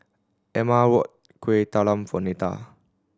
Ama bought Kueh Talam for Neta